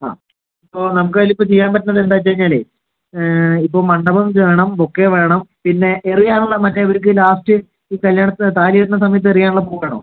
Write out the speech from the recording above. ആ ഇപ്പോൾ നമുക്ക് അതില് ചെയ്യാൻ പറ്റണത് എന്താണെന്ന് വച്ചു കഴിഞ്ഞാൽ ഇപ്പോൾ മണ്ഡപം വേണം ബൊക്കെ വേണം പിന്ന എറിയാൻ ഉള്ള മറ്റെ അവർക്ക് ലാസ്റ്റ് ഈ കല്ല്യാണത്തിന് താലി കെട്ടണ സമയത്ത് എറിയാൻ ഉള്ള പൂ വേണോ